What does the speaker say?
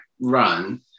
run